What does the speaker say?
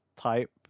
type